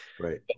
Right